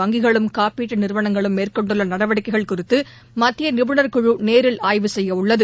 வங்கிகளும் காப்பீட்டு நிறுவனங்களும் மேற்கொண்டுள்ள நடவடிக்கைகள் குறித்து மத்திய நிபுணர் குழு நேரில் ஆய்வு செய்யவுள்ளது